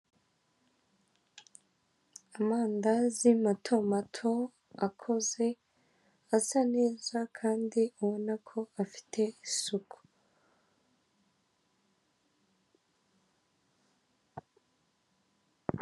Amandazi mato mato akoze asa neza kandi ubona ko afite isuku.